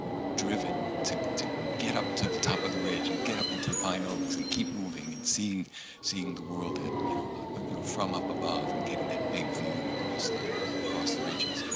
driven to to get up to the top of the ridge, and get up into the pine oaks, and keep moving and seeing seeing the world you know ah you know from up above, and getting that big view across the across the ridges.